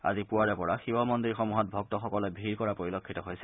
আজি পুৱাৰেপৰা শিৱ মন্দিৰসমূহত ভক্তসকলে ভিৰ কৰা পৰিলক্ষিত হৈছে